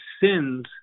sins